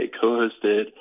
co-hosted